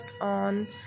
on